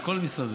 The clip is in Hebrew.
על כל משרדיה,